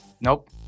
Nope